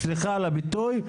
סליחה על הביטוי,